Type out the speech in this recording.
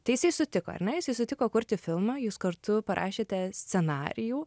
tai jisai sutiko ar ne jisai sutiko kurti filmą jūs kartu parašėte scenarijų